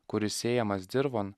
kuris sėjamas dirvon